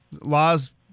laws